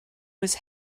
was